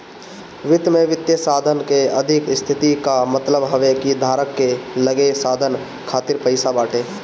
वित्त में वित्तीय साधन के अधिका स्थिति कअ मतलब हवे कि धारक के लगे साधन खातिर पईसा बाटे